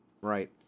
Right